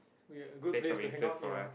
we get a good place to hang out ya